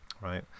right